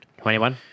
21